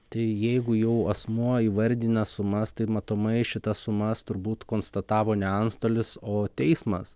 tai jeigu jau asmuo įvardina sumas tai matomai šitas sumas turbūt konstatavo ne antstolis o teismas